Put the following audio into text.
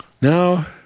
Now